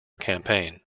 campaign